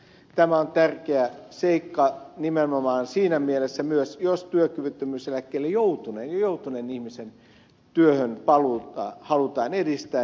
tämä on tärkeä seikka nimenomaan siinä mielessä myös jos työkyvyttömyyseläkkeelle jo joutuneen ihmisen työhönpaluuta halutaan edistää